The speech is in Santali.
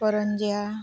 ᱠᱚᱨᱧᱡᱤᱭᱟ